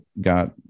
got